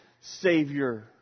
Savior